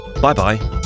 Bye-bye